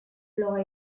bloga